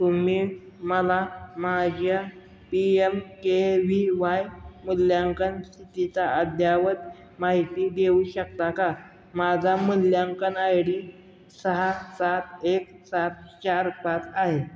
तुम्ही मला माझ्या P M K V Y मूल्यांकन स्थितीचा अद्ययावत माहिती देऊ शकता का माझा मूल्यांकन आय डी सहा सात एक सात चार पाच आहे